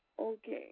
Okay